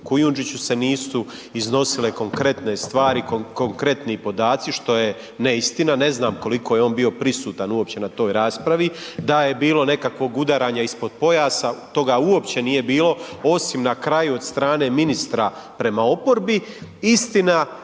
Kujundžiću se nisu iznosile konkretne stvari, konkretni podaci, što je neistina, ne znam koliko je on bio prisutan uopće na toj raspravi, da je bilo nekakvog udaranja ispod pojasa, toga uopće nije bilo, osim na kraju od strane ministra prema oporbi. Istina,